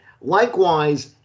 Likewise